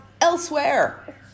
elsewhere